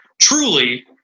truly –